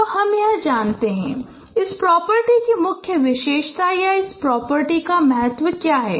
तो क्या हम जानते हैं कि इस प्रॉपर्टी की मुख्य विशेषता या इस प्रॉपर्टी का महत्व क्या है